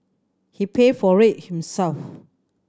he paid for it himself